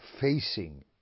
facing